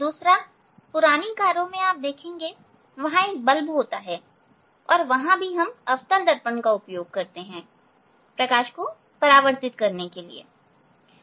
दूसरा पुरानी कारों में आप देखेंगे कि वहां एक बल्ब होता है और वहां भी हम इस अवतल दर्पण का उपयोग प्रकाश को परावर्तित करने के लिए करते हैं